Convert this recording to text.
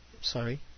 Sorry